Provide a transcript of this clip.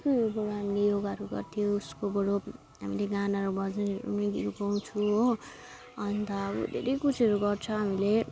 उसकोबाट हामीले योगाहरू गर्थ्यो उसकोबाट हामीले गानाहरू भजनहरू गीत गाउँछु हो अन्त अब धेरै कुछहरू गर्छ हामीले